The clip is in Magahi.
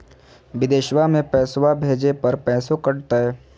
बिदेशवा मे पैसवा भेजे पर पैसों कट तय?